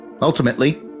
Ultimately